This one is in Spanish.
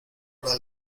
habrá